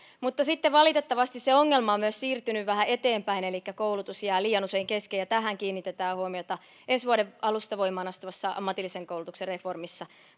mutta sitten valitettavasti se ongelma on myös siirtynyt vähän eteenpäin elikkä koulutus jää liian usein kesken ja muun muassa tähän kiinnitetään huomiota ensi vuoden alusta voimaan astuvassa ammatillisen koulutuksen reformissa